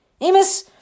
Amos